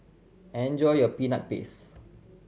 enjoy your Peanut Paste